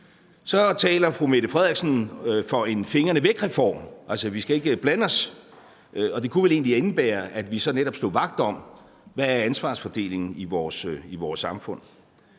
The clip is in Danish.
taler fru Mette Frederiksen for en fingrene væk-reform, altså at vi ikke skal blande os, og det kunne vel egentlig indebære, at vi så netop stod vagt om, hvad ansvarsfordelingen er i vores samfund.